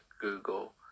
Google